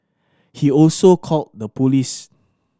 he also called the police